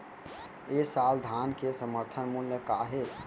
ए साल धान के समर्थन मूल्य का हे?